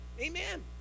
Amen